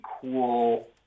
cool